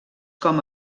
com